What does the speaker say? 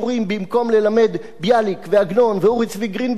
במקום ללמד ביאליק ועגנון ואורי צבי גרינברג,